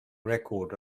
record